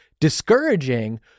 discouraging